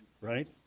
right